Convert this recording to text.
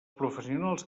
professionals